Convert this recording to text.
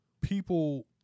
people –